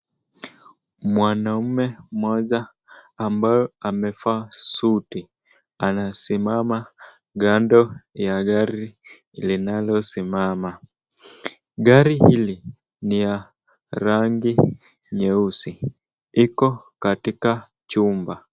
Mwanaume mmoja ambaye amevaa suti. Anasimama kando ya gari linalosimama. Gari hili ni ya rangi nyeusi iko katika chumba.